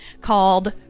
called